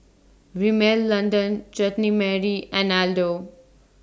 Rimmel London Chutney Mary and Aldo